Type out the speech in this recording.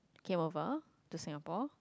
came over to Singapore